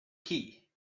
key